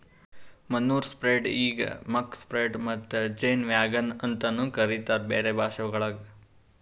manure spreader ಈಗ್ muck spreader ಮತ್ತ ಜೇನ್ ವ್ಯಾಗನ್ ನು ಅಂತ ಕರಿತಾರ್ ಬೇರೆ ಭಾಷೆವಳಗ್